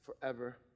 forever